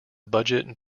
budget